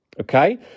Okay